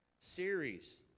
series